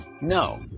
No